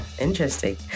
Interesting